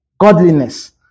Godliness